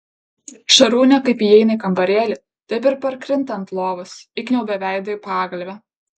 šarūnė kaip įeina į kambarėlį taip ir parkrinta ant lovos įkniaubia veidą į pagalvę